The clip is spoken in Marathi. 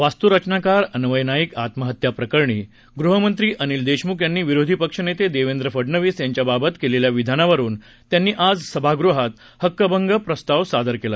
वास्तू रचनाकार अन्वय नाईक आत्महत्या प्रकरणी गृहमंत्री अनिल देशमुख यांनी विरोधी पक्षनेते देवेंद्र फडणवीस यांच्या बाबत केलेल्या विधानावरुन त्यांनी आज सभागृहात हक्कभंग प्रस्ताव सादर केला